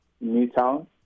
Newtown